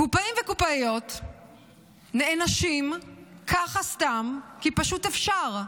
קופאים וקופאיות נענשים ככה סתם, כי פשוט אפשר,